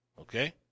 Okay